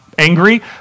angry